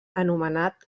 anomenat